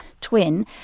twin